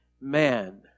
man